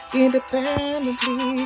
independently